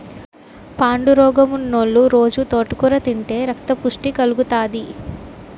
పాండురోగమున్నోలు రొజూ తోటకూర తింతే రక్తపుష్టి కలుగుతాది